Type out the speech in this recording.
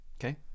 okay